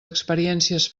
experiències